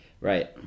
Right